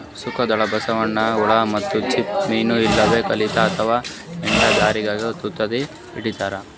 ಶಂಕದ್ಹುಳ, ಬಸವನ್ ಹುಳ ಮತ್ತ್ ಚಿಪ್ಪ ಮೀನ್ ಇವೆಲ್ಲಾ ಕೈಲಿಂತ್ ಅಥವಾ ಹ್ಯಾಂಡ್ ಗ್ಯಾದರಿಂಗ್ ತಂತ್ರದಿಂದ್ ಹಿಡಿತಾರ್